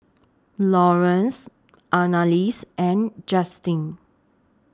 Laurance Annalise and Justyn